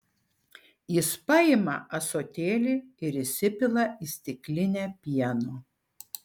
jis paima ąsotėlį ir įsipila į stiklinę pieno